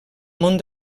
món